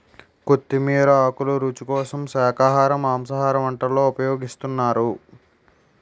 కొత్తిమీర ఆకులు రుచి కోసం శాఖాహార మాంసాహార వంటల్లో ఉపయోగిస్తున్నారు